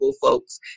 folks